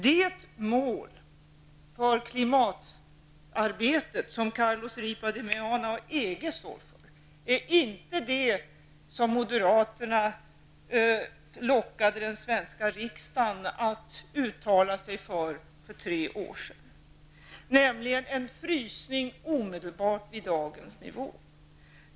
Det mål för klimatarbetet som Carlo Ripa De Meana och EG står för är inte det som moderaterna lockade den svenska riksdagen att uttala sig för för tre år sedan, nämligen en omedelbar frysning vid dagens nivå.